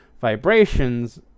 vibrations